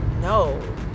no